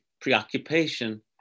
preoccupation